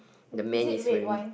is it red one